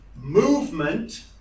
movement